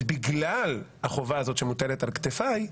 ובגלל החובה הזאת שמוטלת על כתפי,